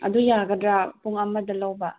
ꯑꯗꯨ ꯌꯥꯒꯗ꯭ꯔꯥ ꯄꯨꯡ ꯑꯃꯗ ꯂꯧꯕ